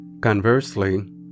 Conversely